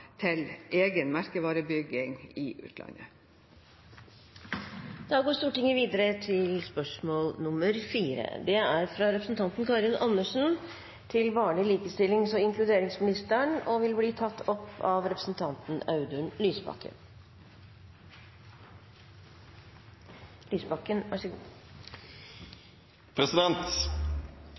til egen merkevarebygging i utlandet. Dette spørsmålet, fra representanten Karin Andersen til barne-, likestillings- og inkluderingsministeren, vil bli tatt opp av representanten Audun Lysbakken.